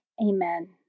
Amen